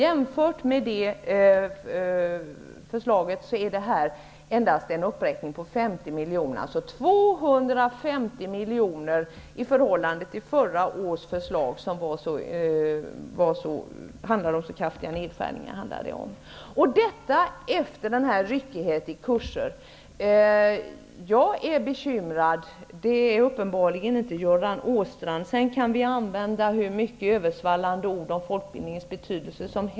Jämfört med förra årets förslag innebär årets en uppräkning med endast 50 miljoner kronor, alltså 250 miljoner kronor i förhållande till förra årets förslag som handlade om så kraftiga nedskärningar. Detta sker efter ryckigheten i kurser. Jag är bekymrad, vilket uppenbarligen Göran Åstrand inte är. Sedan kan vi använda hur många översvallande ord som helst om folkbildningens betydelse.